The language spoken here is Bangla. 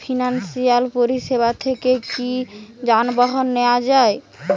ফিনান্সসিয়াল পরিসেবা থেকে কি যানবাহন নেওয়া যায়?